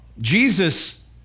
Jesus